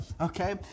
okay